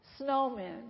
snowmen